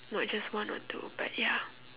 not just one or two but ya